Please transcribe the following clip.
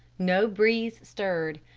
no breeze stirred.